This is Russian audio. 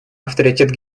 авторитет